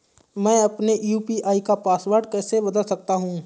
मैं अपने यू.पी.आई का पासवर्ड कैसे बदल सकता हूँ?